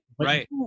Right